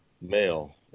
male